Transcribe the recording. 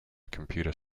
computer